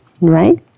Right